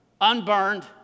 unburned